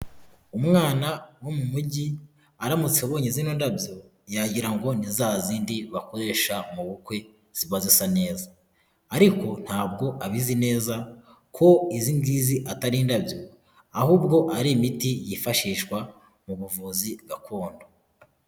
Umwana wo mu mujyi, aramutse abonye zino ndabyo, yagira ngo ni za zindi bakoresha mu bukwe ziba zisa neza, ariko ntabwo abizi neza ko izi ngizi atari indabyo, ahubwo ari imiti yifashishwa mu buvuzi gakondo.